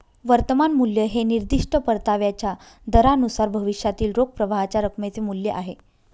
वर्तमान मूल्य हे निर्दिष्ट परताव्याच्या दरानुसार भविष्यातील रोख प्रवाहाच्या रकमेचे मूल्य आहे